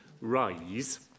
rise